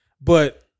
But-